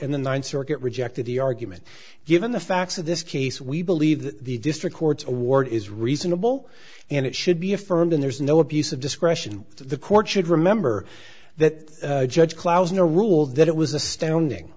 and the ninth circuit rejected the argument given the facts of this case we believe that the district court's award is reasonable and it should be affirmed and there's no abuse of discretion the court should remember that judge clowes no ruled that it was astounding